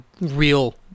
real